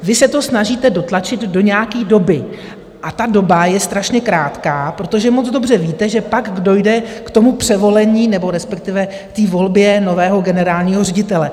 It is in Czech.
Vy se to snažíte dotlačit do nějaké doby, a ta doba je strašně krátká, protože moc dobře víte, že pak dojde k tomu převolení, nebo respektive k té volbě nového generálního ředitele.